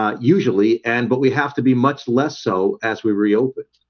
ah usually and but we have to be much less so as we reopen